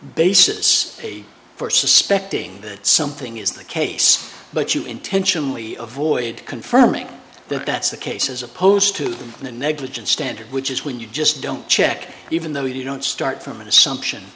basis for suspecting that something is the case but you intentionally avoid confirming that that's the case as opposed to the negligence standard which is when you just don't check even though you don't start from an assumption